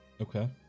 Okay